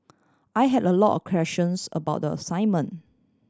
I had a lot of questions about the assignment